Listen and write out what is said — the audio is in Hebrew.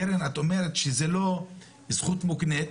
קרן, את אומרת שזו לא זכות מוקנית.